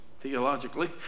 theologically